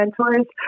mentors